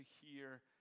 hear